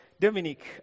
Dominic